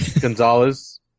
Gonzalez